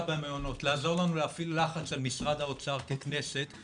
במעונות: לעזור לנו להפעיל לחץ על משרד האוצר ככנסת.